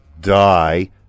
die